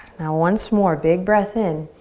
now once more, big breath in.